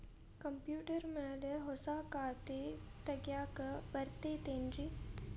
Computer ಮ್ಯಾಲೆ ಹೊಸಾ ಖಾತೆ ತಗ್ಯಾಕ್ ಬರತೈತಿ ಏನ್ರಿ?